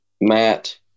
matt